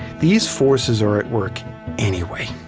these forces are at work anyway.